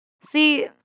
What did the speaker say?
See